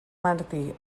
martí